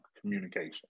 communication